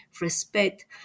respect